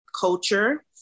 culture